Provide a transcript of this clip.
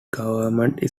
government